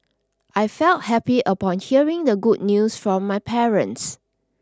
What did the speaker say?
I felt happy upon hearing the good news from my parents